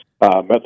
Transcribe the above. methods